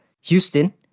Houston